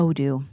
Odoo